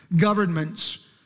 governments